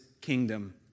kingdom